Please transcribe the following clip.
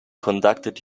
conducted